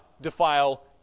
defile